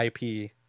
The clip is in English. IP